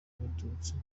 y’abatutsi